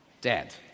Dead